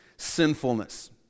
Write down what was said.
sinfulness